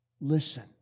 listen